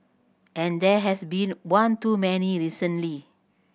and there has been one too many recently